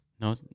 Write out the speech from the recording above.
No